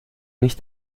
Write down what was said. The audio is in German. nicht